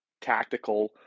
tactical